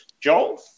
Joel